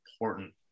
important